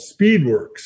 Speedworks